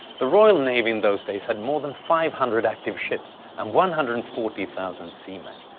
the royal navy in those days had more than five hundred active ships, and one hundred and forty thousand seamen,